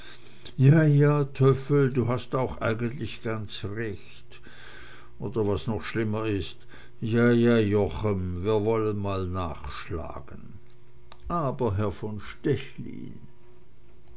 ja ja töffel du hast auch eigentlich ganz recht oder was noch schlimmer ist ja ja jochem wir wollen mal nachschlagen aber herr von stechlin